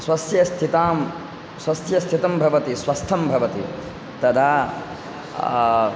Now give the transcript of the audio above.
स्वस्य स्थितां स्वस्य स्थितं भवति स्वस्थं भवति तदा